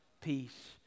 peace